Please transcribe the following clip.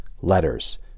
letters